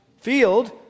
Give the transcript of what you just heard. field